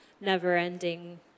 never-ending